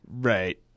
right